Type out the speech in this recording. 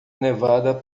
nevada